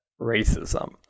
racism